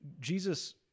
Jesus